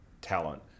talent